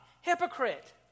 Hypocrite